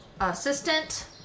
assistant